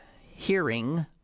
hearing